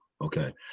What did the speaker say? Okay